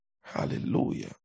Hallelujah